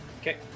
Okay